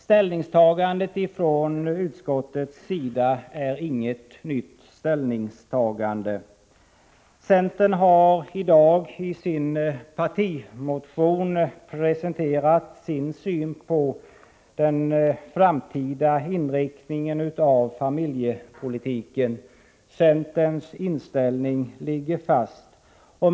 Utskottets ställningstagande är inte något nytt. Centern har i dag i sin partimotion presenterat sin syn på den framtida inriktningen på familjepolitiken. Centerns inställning ligger fast.